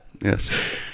Yes